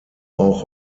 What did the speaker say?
auch